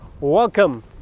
Welcome